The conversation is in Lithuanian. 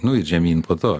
nu ir žemyn po to